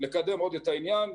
לקדם עוד את העניין.